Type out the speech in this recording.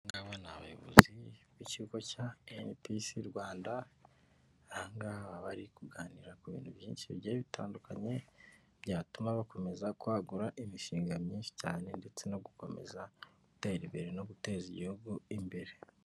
Aba ngaba n'abayobozi b'ikigo cya NPC Rwanda aha ngaha bari kuganira ku bintu byinshi bigiye bitandukanye, byatuma bakomeza kwagura imishinga myinshi cyane ndetse no gukomeza gutera imbere no guteza igihugu imbere.